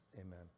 Amen